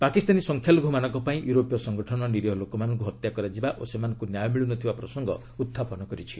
ପାକିସ୍ତାନୀ ସଂଖ୍ୟାଲଘୁମାନଙ୍କ ପାଇଁ ୟୁରୋପୀୟ ସଂଗଠନ ନିରିହ ଲୋକମାନଙ୍କୁ ହତ୍ୟା କରାଯିବା ଓ ସେମାନଙ୍କୁ ନ୍ୟାୟ ମିଳୁନଥିବା ପ୍ରସଙ୍ଗ ଉହ୍ଚାପନ କରିଛି